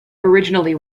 originally